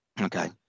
Okay